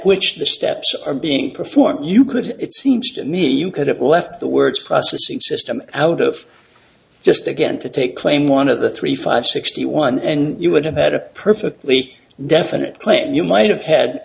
which the steps are being performed you could it seems to me you could have left the words processing system out of just again to take claim one of the three five sixty one and you would have had a perfectly definite claim you might have had